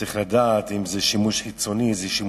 שצריך לדעת אם הן לשימוש פנימי